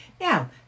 Now